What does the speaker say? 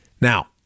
Now